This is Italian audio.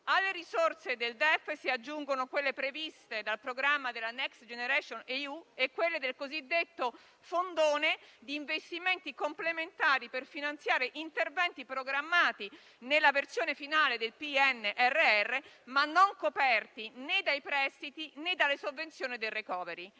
Alle risorse del DEF si aggiungono quelle previste dal programma Next generation EU e quelle del cosiddetto "fondone" di investimenti complementari per finanziare gli interventi programmati nella versione finale del PNRR, ma non coperti né dai prestiti né dalle sovvenzioni del *recovery*.